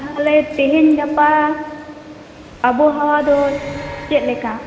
ᱛᱟᱦᱚᱞᱮ ᱛᱮᱦᱮᱧ ᱜᱟᱯᱟ ᱟᱵᱚᱦᱟᱣᱟ ᱫᱚ ᱪᱮᱫᱽ ᱞᱮᱠᱟ